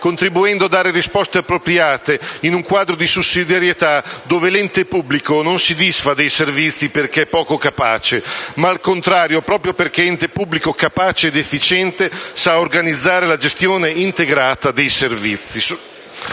contribuendo a dare risposte appropriate in un quadro di sussidiarietà dove l'ente pubblico non si disfa dei servizi perché poco capace, ma al contrario, proprio perché ente pubblico capace ed efficiente, sa organizzare la gestione integrata dei servizi.